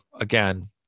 again